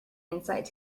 insight